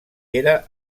era